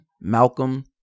Malcolm